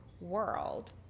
world